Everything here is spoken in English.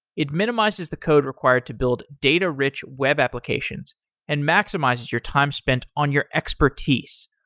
it minimizes the code required to build data-rich web applications and maximizes your time spent on your expertise.